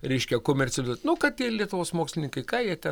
reiškia komercializuot nu kad tie lietuvos mokslininkai ką jie ten